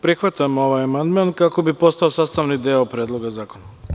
Prihvatam ovaj amandman kako bi postao sastavni deo Predloga zakona.